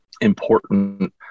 important